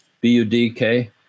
B-U-D-K